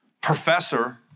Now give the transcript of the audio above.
professor